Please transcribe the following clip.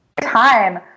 time